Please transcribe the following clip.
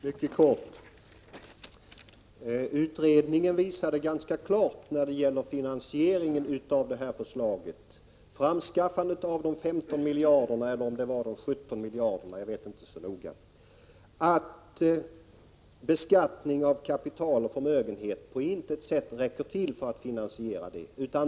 Herr talman! Mycket kort. Utredningen visade ganska klart att beskattning av kapital och förmögenhet på intet sätt räcker till för att skaffa fram de 15 miljarderna — eller om det var 17, jag vet inte så noga.